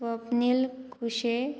Swapnil खुशे